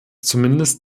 zumindest